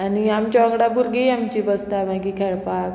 आनी आमच्या वांगडा भुरगीं आमची बसता मागीर खेळपाक